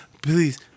please